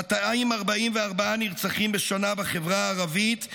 244 נרצחים בשנה בחברה הערבית,